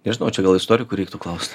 nežinau čia gal istorikų reiktų klaust